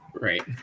Right